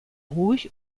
ruhig